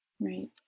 right